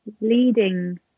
leading